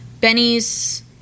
Benny's